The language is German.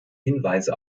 hinweise